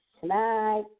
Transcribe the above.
tonight